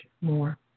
more